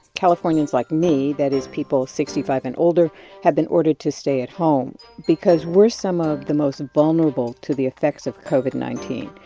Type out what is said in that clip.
californians, like me that is people sixty five and older have been ordered to stay at home because we're some of the most vulnerable to the effects of covid nineteen.